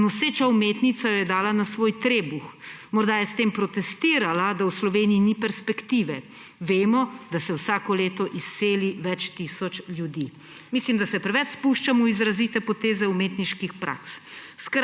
a noseča umetnica jo je dala na svoj trebuh. Morda je s tem protestirala, da v Sloveniji ni perspektive. Vemo, da se vsako leto izseli več tisoč ljudi. Mislim, da se preveč spuščamo v izrazite poteze umetniških praks.«